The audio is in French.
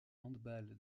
handball